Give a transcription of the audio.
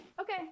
Okay